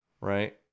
right